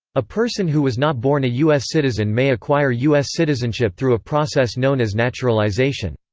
a person who was not born a u s. citizen may acquire u s. citizenship through a process known as naturalization.